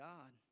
God